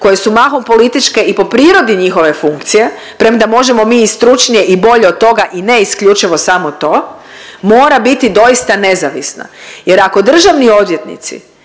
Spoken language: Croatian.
koje su mahom političke i po prirodi njihove funkcije, premda možemo mi i stručnije i bolje od toga i ne isključivo samo to, mora biti doista nezavisno jer ako državni odvjetnici